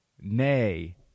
nay